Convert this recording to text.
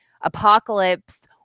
apocalypse